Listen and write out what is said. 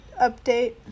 update